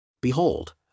Behold